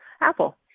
Apple